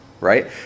right